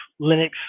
Linux